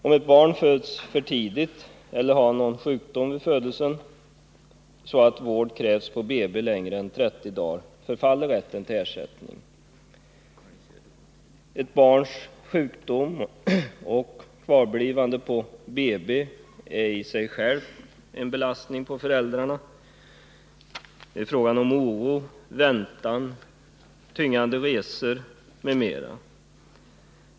Om ett barn föds för tidigt eller har någon sjukdom vid födelsen, så att vård krävs på BB längre tid än 30 dagar, förfaller rätten till ersättning. Ett barns sjukdom och kvarblivande på BB är i sig självt en belastning för föräldrarna. Det medför oro, väntan, tyngande resor m.m.